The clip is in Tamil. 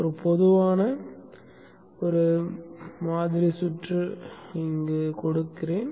ஒரு பொதுவான மாதிரி சுற்று மட்டும் கொடுக்கிறேன்